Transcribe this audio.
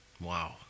Wow